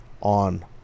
on